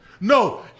No